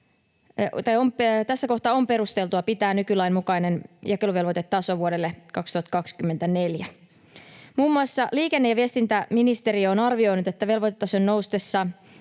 tässä kohtaa on perusteltua pitää nykylain mukainen jakeluvelvoitetaso vuodelle 2024. Muun muassa liikenne- ja viestintäministeriö on arvioinut, että velvoitetason noustessa